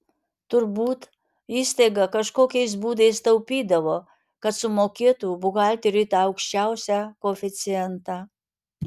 turbūt įstaiga kažkokiais būdais taupydavo kad sumokėtų buhalteriui tą aukščiausią koeficientą